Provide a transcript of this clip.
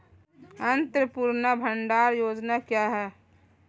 अन्नपूर्णा भंडार योजना क्या है?